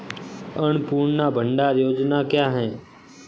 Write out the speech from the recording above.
अन्नपूर्णा भंडार योजना क्या है?